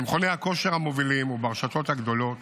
במכוני הכושר המובילים וברשתות הגדולות